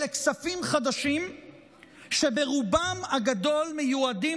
אלה כספים חדשים שברובם הגדול מיועדים